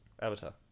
Avatar